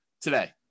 today